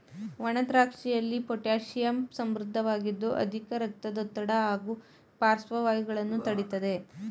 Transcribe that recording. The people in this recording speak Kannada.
ಒಣದ್ರಾಕ್ಷಿಯಲ್ಲಿ ಪೊಟ್ಯಾಶಿಯಮ್ ಸಮೃದ್ಧವಾಗಿದ್ದು ಅಧಿಕ ರಕ್ತದೊತ್ತಡ ಹಾಗೂ ಪಾರ್ಶ್ವವಾಯುಗಳನ್ನು ತಡಿತದೆ